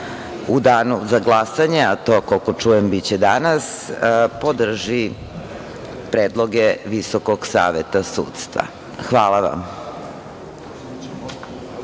u danu za glasanje, a to, koliko čujem, biće danas podrži predloge Visokog saveta sudstva. Hvala vam.